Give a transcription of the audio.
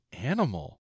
animal